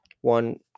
one